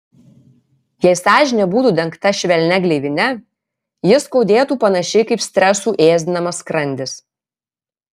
jei sąžinė būtų dengta švelnia gleivine ji skaudėtų panašiai kaip stresų ėsdinamas skrandis